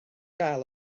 gael